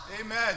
Amen